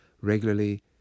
regularly